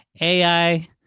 AI